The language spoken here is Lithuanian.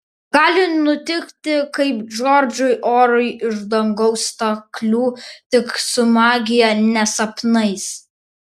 gali nutikti kaip džordžui orui iš dangaus staklių tik su magija ne sapnais